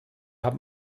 haben